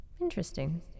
Interesting